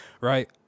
right